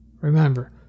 Remember